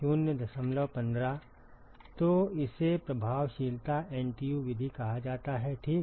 तो इसे प्रभावशीलता एनटीयू विधि कहा जाता है ठीक